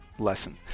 lesson